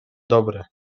dobre